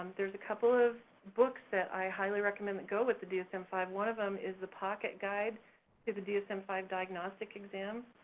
um there's a couple of books that i highly recommend that go with the dsm five, one of them is the pocket guide to the dsm five diagnostic exam.